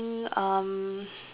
think um